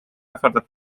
ähvardab